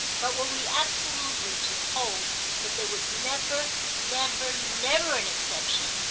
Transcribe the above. but were we absolutely to hold that there was never, never, never an exception,